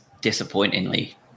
disappointingly